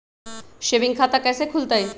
Saving खाता कैसे खुलतई?